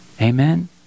Amen